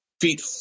feet